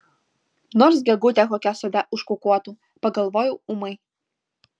nors gegutė kokia sode užkukuotų pagalvojau ūmai